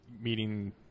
meeting